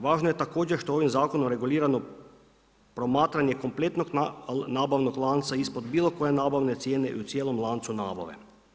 Važno je također što ovim zakonom regulirano promatranje kompletnog nabavnog lanca ispod bilo koje nabavne cijene i u cijelom lancu nabave.